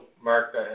Mark